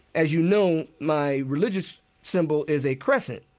as you know, my religious symbol is a crescent,